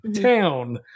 town